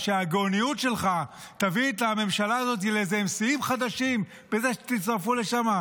שהגאוניות שלך תביא את הממשלה הזאת לאיזה שיאים חדשים בזה שתצטרפו לשם?